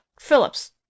Phillips